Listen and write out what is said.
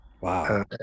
wow